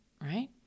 right